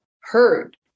heard